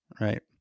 Right